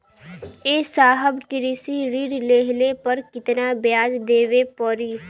ए साहब कृषि ऋण लेहले पर कितना ब्याज देवे पणी?